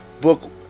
book